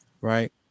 right